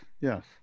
yes